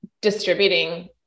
distributing